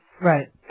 Right